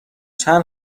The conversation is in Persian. چند